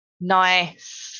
Nice